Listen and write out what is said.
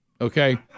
Okay